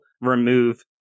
remove